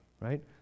right